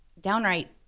downright